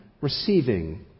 receiving